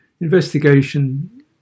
Investigation